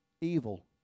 evil